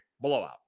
blowout